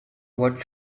what